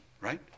right